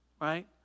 right